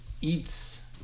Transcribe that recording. eats